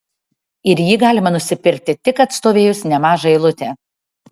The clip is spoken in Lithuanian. ir jį galima nusipirkti tik atstovėjus nemažą eilutę